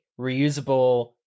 reusable